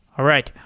all right.